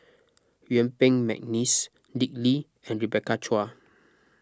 Yuen Peng McNeice Dick Lee and Rebecca Chua